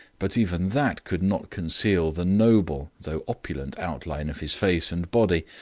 but even that could not conceal the noble though opulent outline of his face and body,